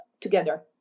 together